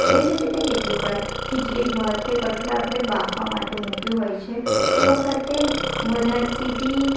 એજ રીતે કેટલીકવાર ખીચડી ભાત કે કઠોળ આપણે બાફવા માટે મૂક્યું હોય છે એ વખતે વધારે સિટી